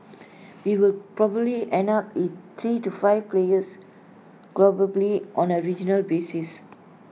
we will probably end up with three to five players on A regional basis